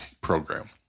program